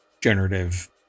generative